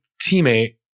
teammate